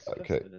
okay